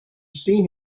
see